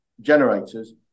generators